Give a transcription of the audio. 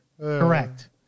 Correct